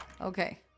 Okay